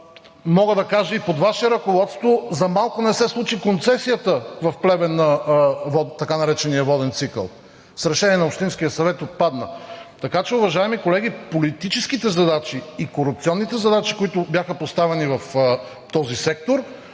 мога да кажа и под Ваше ръководство, за малко не се случи концесията в Плевен на така наречения „воден цикъл“? С решение на общинския съвет отпадна. Така че, уважаеми колеги, политическите задачи и корупционните задачи, които бяха поставени в този сектор,